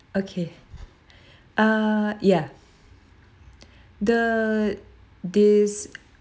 okay uh ya the days